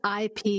IP